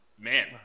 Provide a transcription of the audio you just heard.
Man